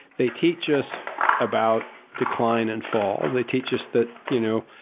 they teach us about decline and fall, they teach us that you know,